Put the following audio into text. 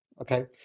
okay